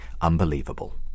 unbelievable